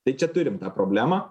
tai čia turim tą problemą